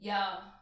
Y'all